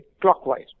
clockwise